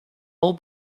all